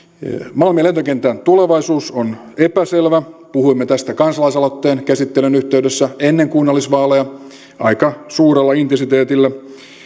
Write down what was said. malmin lentokentän tulevaisuus on epäselvä puhuimme tästä kansalaisaloitteen käsittelyn yhteydessä ennen kunnallisvaaleja aika suurella intensiteetillä